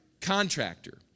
contractor